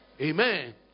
Amen